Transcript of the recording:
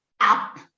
up